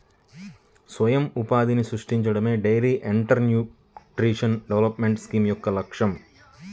స్వయం ఉపాధిని సృష్టించడమే డెయిరీ ఎంటర్ప్రెన్యూర్షిప్ డెవలప్మెంట్ స్కీమ్ యొక్క లక్ష్యం